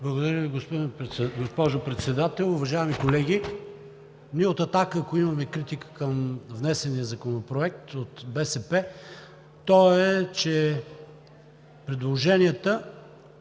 Благодаря Ви, госпожо Председател. Уважаеми колеги! Ако от „Атака“ имаме критика към внесения законопроект от БСП, тя е, че предложенията